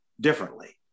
differently